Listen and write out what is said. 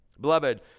Beloved